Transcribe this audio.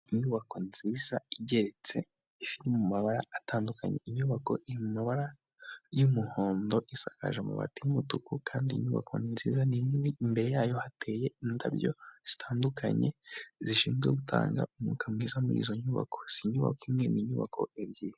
Inyubako nziza igeretse iri mu mabara atandukanye, inyubako iri mu mabara y'umuhondo isakaje amabati y'umutuku kandi iyi inyubako ni nziza ni nini imbere yayo hateye indabyo zitandukanye zishinzwe gutanga umwuka mwiza muri izo nyubako, sinyubako imwe ni inyubako ebyiri.